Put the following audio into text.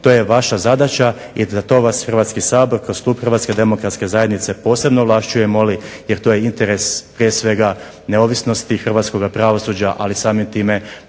To je vaša zadaća i na to vas Hrvatski sabor kroz klub HDZ-a posebno ovlašćuje i moli jer to je interes prije svega neovisnosti hrvatskoga pravosuđa, ali samim time